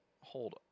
Hold